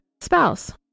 spouse